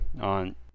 on